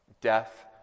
Death